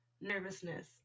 nervousness